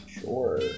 Sure